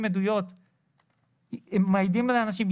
נתנו לנו וזה כבר מאז שנת 2016 שכל העניין הזה